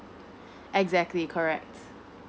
exactly correct